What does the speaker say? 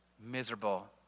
miserable